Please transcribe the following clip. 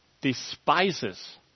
despises